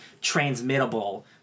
transmittable